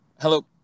Hello